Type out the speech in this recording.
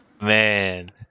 Man